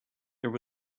there